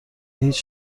هیچ